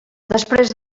després